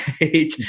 right